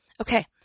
Okay